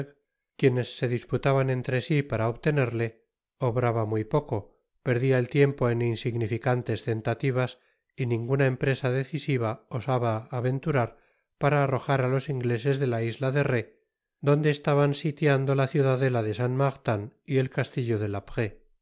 quienes se disputaban entre si para obtenerle obraba mny poco perdia el tiempo en insignificantes tentativas y ninguna empresa decisiva osaba aventurar para arrojar á los ingleses dela isla de rhé donde estaban sitiando la ciudadela de saint martin y el castillo de la prée